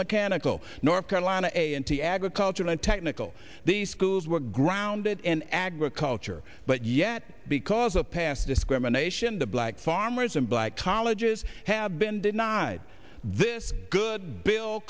mechanical north carolina a and t agriculture nontechnical the schools were grounded in agriculture but yet because of past discrimination the black farmers and black colleges have been denied this good bill